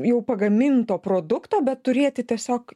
jau pagaminto produkto bet turėti tiesiog